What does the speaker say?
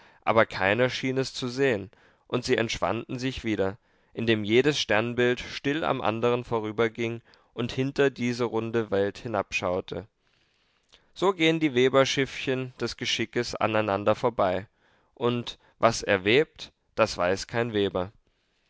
aber keiner schien es zu sehen und sie entschwanden sich wieder indem jedes sternbild still am andern vorüberging und hinter diese runde welt hinabtauchte so gehen die weberschiffchen des geschickes aneinander vorbei und was er webt das weiß kein weber